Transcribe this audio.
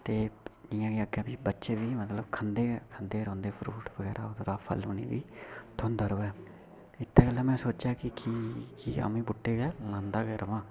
ते जियां फ्ही अग्गें अग्गें बच्चे बी मतलब खंदे गै खंदे रौंह्दे फरूट बगैरा फल उ'नेंगी थ्होंदा रौऐ इस्सै गल्लां में सोचेआ कि कि अमी बूह्टे गै लांदा गै रमां